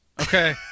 okay